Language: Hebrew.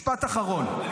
משפט אחרון --- היושב-ראש,